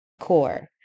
core